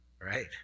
right